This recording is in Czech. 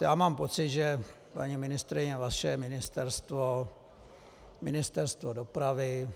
Já mám pocit, paní ministryně, že vaše ministerstvo, ministerstvo dopravy...